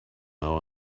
now